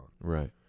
Right